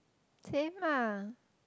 same lah